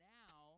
now